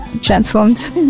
transformed